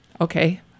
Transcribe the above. okay